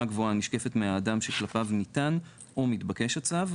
גבוהה הנשקפת מהאדם שכלפי ניתן או מתבקש הצו,